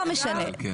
לא משנה.